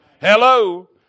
Hello